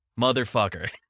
Motherfucker